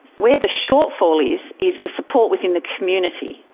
where the shortfall is, is the support within the community.